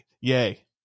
yay